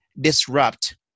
disrupt